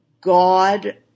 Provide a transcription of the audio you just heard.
God